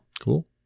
Cool